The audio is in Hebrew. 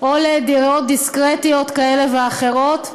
או לדירות דיסקרטיות כאלה ואחרות.